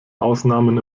ausnahmen